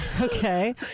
okay